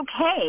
okay